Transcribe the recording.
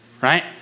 right